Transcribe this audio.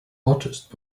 artist